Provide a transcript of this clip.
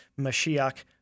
Mashiach